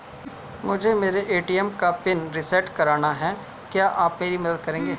मुझे मेरे ए.टी.एम का पिन रीसेट कराना है क्या आप मेरी मदद करेंगे?